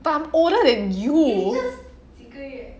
but I'm older than you